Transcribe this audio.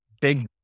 big